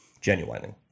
genuinely